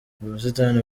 ubusitani